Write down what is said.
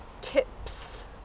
tips